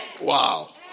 Wow